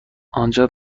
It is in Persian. آنجا